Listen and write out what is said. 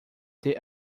ter